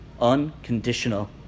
Unconditional